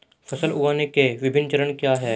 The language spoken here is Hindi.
फसल उगाने के विभिन्न चरण क्या हैं?